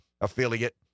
affiliate